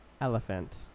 Elephant